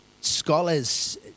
scholars